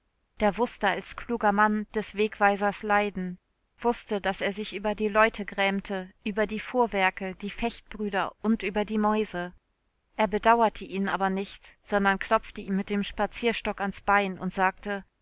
der wußte als kluger mann des wegweisers leiden wußte daß er sich über die leute grämte über die fuhrwerke die fechtbrüder und über die mäuse er bedauerte ihn aber nicht sondern klopfte ihm mit dem spazierstock ans bein und sagte